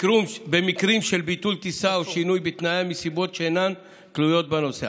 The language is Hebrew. במקרים של ביטול טיסה או שינוי בתנאיה מסיבות שאינן תלויות בנוסע.